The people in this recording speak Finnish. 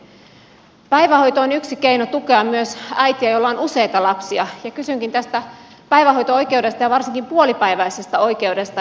päivähoito on yksi keino tukea myös äitejä joilla on useita lapsia ja kysynkin tästä päivähoito oikeudesta ja varsinkin puolipäiväisestä oikeudesta